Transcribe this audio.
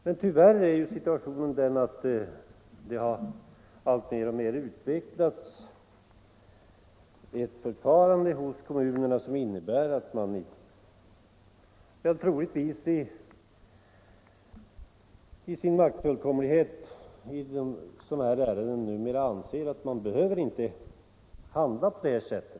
Men tyvärr är situationen den att det alltmer har utvecklats ett förfarande hos kommunerna som innebär att man -— troligen i sin maktfullkomlighet — i sådana här ärenden anser att man inte behöver handla på detta sätt.